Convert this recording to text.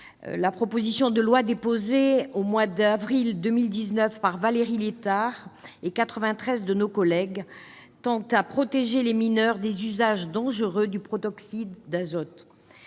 la proposition de loi déposée au mois d'avril 2019 par Mme Valérie Létard et quatre-vingt-quatorze de nos collègues tend à protéger les mineurs des usages dangereux du protoxyde d'azote.